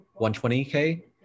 120k